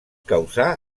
causar